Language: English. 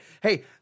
Hey